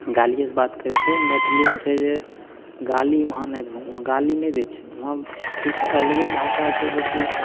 गालिएसँ बात करैत छै मैथिलिएमे छै जे गाली वहाँ नहि हुवाँ गाली नहि दै छै हुवाँ किछु अलगे भाषा छै जे कि